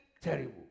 terrible